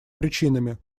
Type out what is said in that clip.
причинами